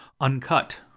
uncut